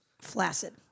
Flaccid